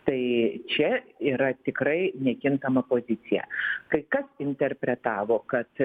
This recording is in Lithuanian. tai čia yra tikrai nekintama pozicija kai kas interpretavo kad